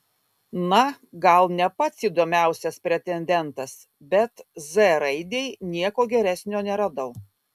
na gal ne pats įdomiausias pretendentas bet z raidei nieko geresnio neradau